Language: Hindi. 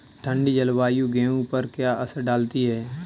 ठंडी जलवायु गेहूँ पर क्या असर डालती है?